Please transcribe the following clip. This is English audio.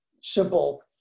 simple